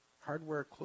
hardware